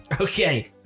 Okay